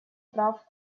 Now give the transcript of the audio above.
прав